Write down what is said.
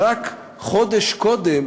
רק חודש קודם